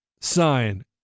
sign